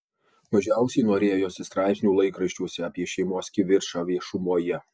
mažiausiai norėjosi straipsnių laikraščiuose apie šeimos kivirčą viešumoje